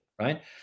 Right